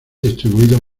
distribuidos